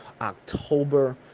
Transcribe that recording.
October